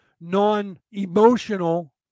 non-emotional